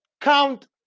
count